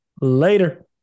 Later